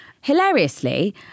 Hilariously